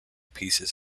pieces